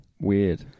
Weird